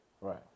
right